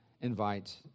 invite